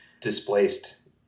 displaced